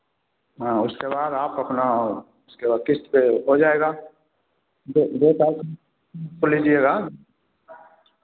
हाँ उसके बाद आप अपना उसके बाद क़िश्त पर हो जाएगा दो दो साल पर को लिजिएगा